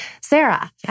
Sarah